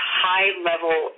high-level